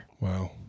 wow